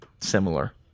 similar